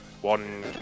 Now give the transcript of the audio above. One